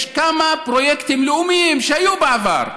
יש כמה פרויקטים לאומיים שהיו בעבר,